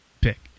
pick